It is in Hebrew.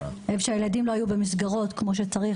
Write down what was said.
כשהילדים לא היו במסגרות כמו שצריך,